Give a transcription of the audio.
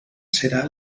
serà